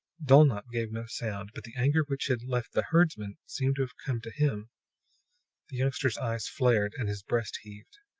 dulnop gave no sound, but the anger which had left the herdsman seemed to have come to him the youngster's eyes flared and his breast heaved.